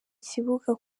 kibuga